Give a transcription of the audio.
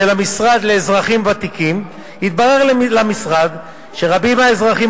המשרד לאזרחים ותיקים התברר למשרד שרבים מהאזרחים